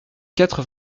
quatre